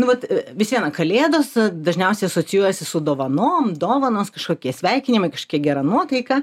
nu vat vis viena kalėdos dažniausiai asocijuojasi su dovanom dovanos kažkokie sveikinimai kažkokia gera nuotaika